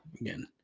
Again